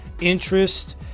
interest